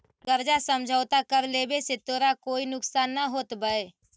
कर्जा समझौता कर लेवे से तोरा कोई नुकसान न होतवऽ